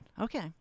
Okay